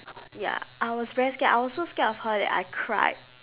ya I was very scared I was so scared of her that I cried